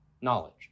knowledge